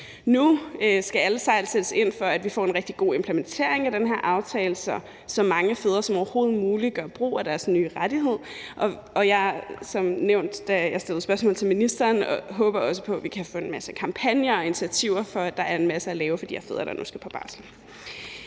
Nu skal alle sejl sættes til, for at vi får en rigtig god implementering af den her aftale, så så mange fædre som overhovedet muligt gør brug af deres nye rettighed, og jeg håber, som det blev nævnt, da jeg stillede spørgsmål til ministeren, at vi kan få en masse kampagner og initiativer, så der er masser at lave for de her fædre, der nu skal på barsel.